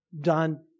done